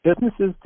Businesses